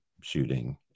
shooting